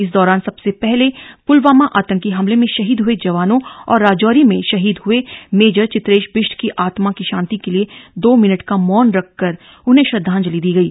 इस दौरान सबसे पहले पुलवामा आतंकी हमले में शहीद हुये जवानों और राजौरी में शहीद हय मेजर चित्रेश बिष्ट की आत्मा की शान्ति के लिए दो मिनट का मौन रखकर उन्हें श्रद्वांजलि दी गई